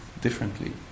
differently